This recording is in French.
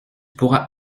pourras